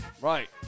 Right